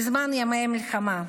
בזמן ימי מלחמה,